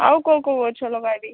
ଆଉ କୋଉ କୋଉ ଗଛ ଲଗାବି